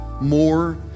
more